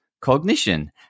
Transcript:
cognition